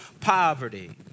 poverty